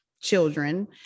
children